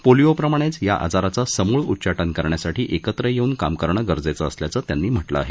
पोलियोप्रमाणे या आजाराचं समूळ उच्चाटन करण्यासाठी एकत्र येऊन काम करणं गरजेचं असल्याचं त्यांनी म्हटलं आहे